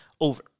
Over